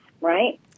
right